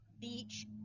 Beach